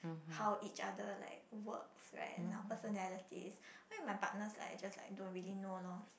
how each other like works right and our personalities me and my partners like just like don't really know loh